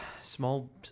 small